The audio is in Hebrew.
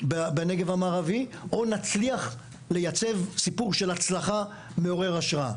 בנגב המערבי או נצליח לייצב סיפור מעורר השראה של הצלחה?